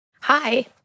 Hi